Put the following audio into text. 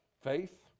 Faith